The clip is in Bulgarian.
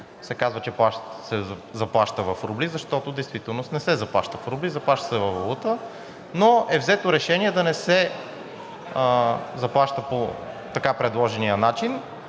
се казва, че се заплаща в рубли, защото в действителност не се заплаща в рубли, заплаща се във валута, но е взето решение да не се заплаща по така предложения начин,